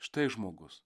štai žmogus